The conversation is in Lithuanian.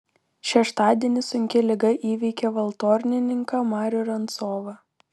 šeštadienį sunki liga įveikė valtornininką marių rancovą